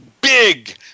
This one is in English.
big